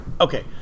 Okay